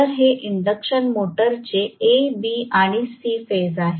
तर हे इंडकशन मोटरचे a b आणि c फेज आहेत